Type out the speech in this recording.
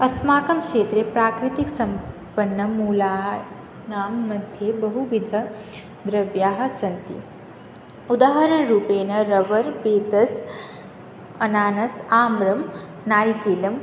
अस्माकं क्षेत्रे प्रकृतिसम्पन्नमूला नांमध्ये बहुविध द्रव्याणि सन्ति उदाहरणरूपेण रवर् वेतस् अनानस् आम्रं नारिकेलम्